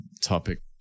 topic